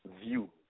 view